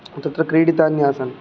तत्र क्रीडितान्यासन्